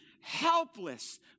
Helpless